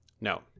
No